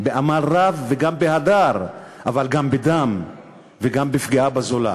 בעמל רב וגם בהדר, אבל גם בדם וגם בפגיעה בזולת.